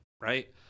right